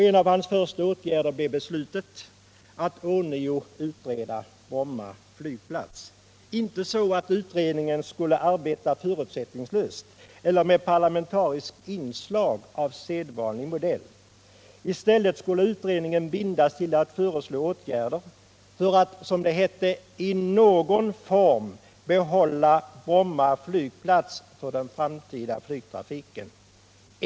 En av hans första åtgärder blev beslutet att ånyo utreda Bromma flygplats. Inte så att utredningen skulle arbeta förutsättningslöst eller med parlamentariskt inslag av sedvanlig modell. I stället skulle utredningen bindas till att föreslå åtgärder för att, som det hette, i någon form behålla Bromma flygplats för den framtida flygtrafiken.